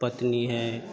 पत्नी है